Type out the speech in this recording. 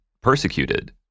persecuted